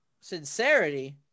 Sincerity